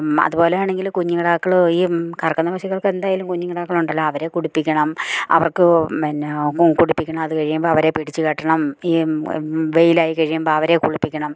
അതു പോലെയാണെങ്കിൽ കുഞ്ഞ് കിടാക്കൾ ഈ കറക്കുന്ന പശുക്കൾക്കെന്തായാലും കുഞ്ഞ് കിടാക്കളുണ്ടല്ലോ അവരെ കുടിപ്പിക്കണം അവർക്കും എന്നാ കുടിപ്പിക്കണം അതു കഴിയുമ്പം അവരെ പിടിച്ച് കെട്ടണം ഈ വെയിലായിക്കഴിയുമ്പം വരെ കുളിപ്പിക്കണം